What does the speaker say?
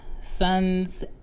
sons